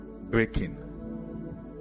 breaking